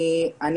בבקשה.